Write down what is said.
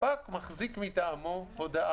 הספק מחזיק מטעמו הודעה.